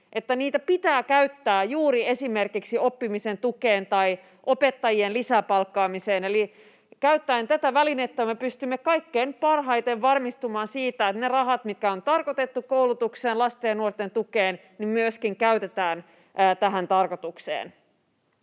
niitä pitää käyttää juuri esimerkiksi oppimisen tukeen tai opettajien palkkaamiseen lisää. Eli käyttäen tätä välinettä me pystymme kaikkein parhaiten varmistumaan siitä, että ne rahat, mitkä on tarkoitettu koulutukseen ja lasten ja nuorten tukeen, myöskin käytetään tähän tarkoitukseen.